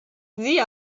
sie